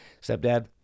stepdad